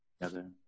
together